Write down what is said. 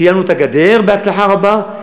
סיימנו את הגדר בהצלחה רבה,